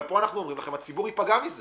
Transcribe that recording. אבל פה אנחנו אומרים לכם שהציבור ייפגע מזה